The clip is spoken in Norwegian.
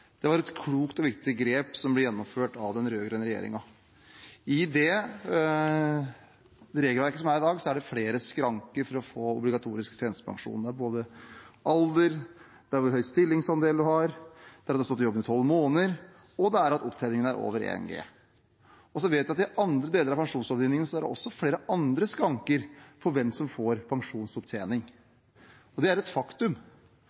Det var et klokt og viktig grep, som ble gjennomført av den rød-grønne regjeringen. I det regelverket som er i dag, er det flere skranker for å få obligatorisk tjenestepensjon – både alder, hvor høy stillingsandel man har, at man har stått i jobben i tolv måneder, og at opptjeningen er over 1G. Så vet vi at i andre deler av pensjonslovgivningen er det flere andre skranker for hvem som får pensjonsopptjening. Det er et faktum.